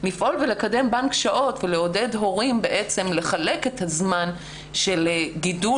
לפעול ולקדם בנק שעות ולעודד הורים לחלק את הזמן של גידול